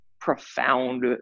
profound